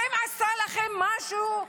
האם עשתה לכם משהו?